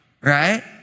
right